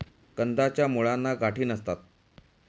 कंदाच्या मुळांना गाठी नसतात